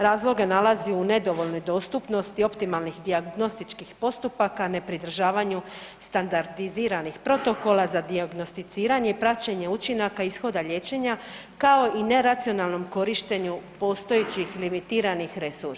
Razloge nalazi u nedovoljnoj dostupnosti optimalnih dijagnostičkih postupaka, nepridržavanju standardiziranih protokola za dijagnosticiranje i praćenje učinaka ishoda liječenja, kao i neracionalnom korištenju postojećih limitiranih resursa.